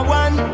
one